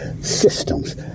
systems